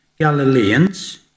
Galileans